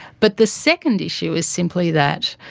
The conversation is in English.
but the second issue is simply that